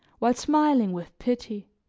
while smiling with pity.